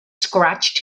scratched